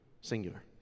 Singular